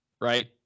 right